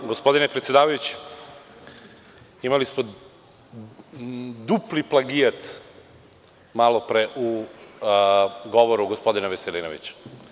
Pa, gospodine predsedavajući, imali smo dupli plagijat malo pre u govoru gospodina Veselinovića.